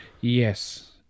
yes